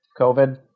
COVID